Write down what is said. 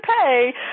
pay